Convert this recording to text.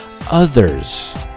others